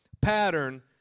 pattern